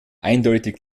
eindeutig